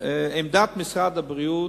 עמדת משרד הבריאות,